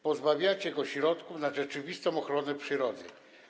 Pozbawiacie go środków na rzeczywistą ochronę przyrody.